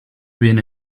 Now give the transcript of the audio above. been